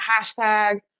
hashtags